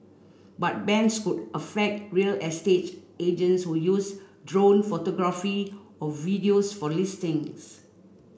but bans could affect real estate agents who use drone photography or videos for listings